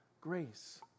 grace